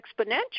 exponential